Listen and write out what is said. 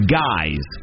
guys